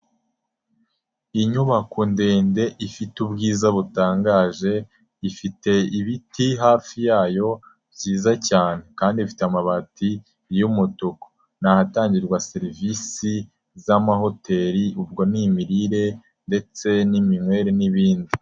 Inyubako ndende ifite ubwiza butangaje, ifite ibiti hafi yayo byiza cyane kandi ifite amabati y'umutuku ni ahatangirwa serivisi z'amahoteri, ubwo ni imirire ndetse n'iminywere n'ibindi.